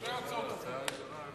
שתי ההצעות עברו,